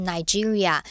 Nigeria